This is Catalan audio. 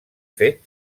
fet